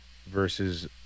versus